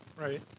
Right